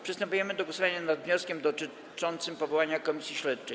Przystępujemy do głosowania nad wnioskiem dotyczącym powołania Komisji Śledczej.